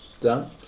Done